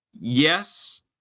yes